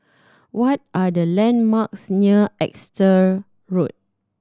what are the landmarks near Exeter Road